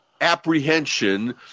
apprehension